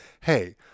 hey